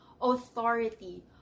authority